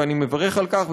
ואני מברך על כך,